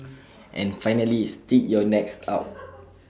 and finally stick your necks out